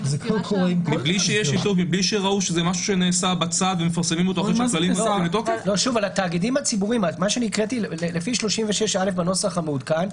מבלי שראו שזה משהו שעשה בצד ומפרסמים אותו- -- לפי 36א בנוסח המעודכן,